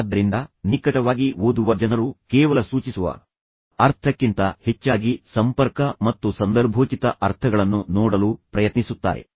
ಆದ್ದರಿಂದ ನಿಕಟವಾಗಿ ಓದುವ ಜನರು ಕೇವಲ ಸೂಚಿಸುವ ಅರ್ಥಕ್ಕಿಂತ ಹೆಚ್ಚಾಗಿ ಸಂಪರ್ಕ ಮತ್ತು ಸಂದರ್ಭೋಚಿತ ಅರ್ಥಗಳನ್ನು ನೋಡಲು ಪ್ರಯತ್ನಿಸುತ್ತಾರೆ